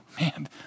Man